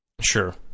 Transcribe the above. Sure